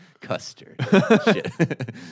Custard